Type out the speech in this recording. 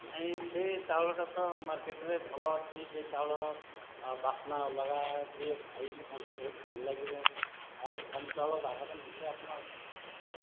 ନାଇଁ ସେ ଚାଉଳ ଟା ତ ମାର୍କେଟରେ ଭଲ ଅଛି ସେ ଚାଉଳର ବାସ୍ନା ଅଲଗା ଯିଏ ଖାଇଲେ ତାଙ୍କୁ ବହୁତ ଭଲ ଲାଗିବ ୟାଠୁ ଭଲ ଚାଉଳ ବାହାରୁ ମିଳିଲେ ଆପଣ